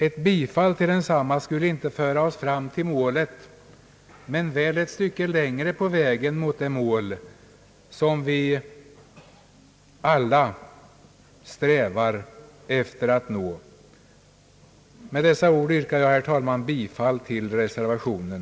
Ett bifall till reservationen skulle inte föra oss fram till målet — men väl ett stycke längre på vägen mot det mål vi alla strävar efter att nå. Med dessa ord yrkar jag, herr talman, bifall till reservationen.